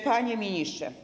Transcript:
Panie Ministrze!